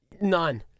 none